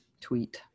tweet